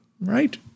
right